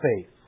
faith